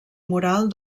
moral